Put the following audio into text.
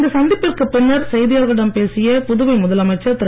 இந்த சந்திப்பிற்குப் பின்னர் செய்தியாளர்களிடம் பேசிய புதுவை முதலமைச்சர் திரு